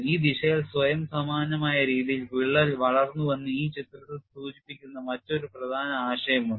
ഈ ദിശയിൽ സ്വയം സമാനമായ രീതിയിൽ വിള്ളൽ വളർന്നുവെന്ന് ഈ ചിത്രത്തിൽ സൂചിപ്പിച്ചിരിക്കുന്ന മറ്റൊരു പ്രധാന ആശയമുണ്ട്